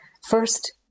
first